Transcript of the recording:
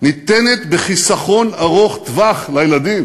ניתנת בחיסכון ארוך טווח לילדים,